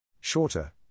Shorter